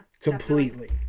Completely